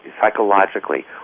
psychologically